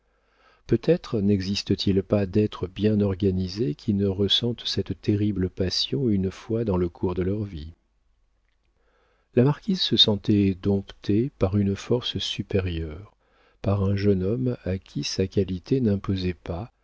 peut-être n'existe-t-il pas d'êtres bien organisés qui ne ressentent cette terrible passion une fois dans le cours de leur vie la marquise se sentait domptée par une force supérieure par un jeune homme à qui sa qualité n'imposait pas